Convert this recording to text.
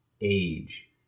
age